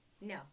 no